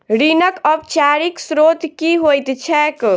ऋणक औपचारिक स्त्रोत की होइत छैक?